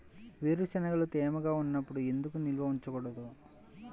వేరుశనగలు తేమగా ఉన్నప్పుడు ఎందుకు నిల్వ ఉంచకూడదు?